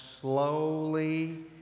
slowly